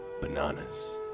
bananas